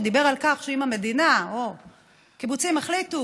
שדיבר על כך שאם המדינה או קיבוצים החליטו